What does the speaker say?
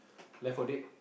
left for dead